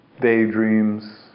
daydreams